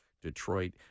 Detroit